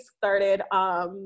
started